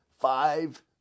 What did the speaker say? five